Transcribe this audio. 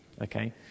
okay